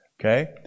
Okay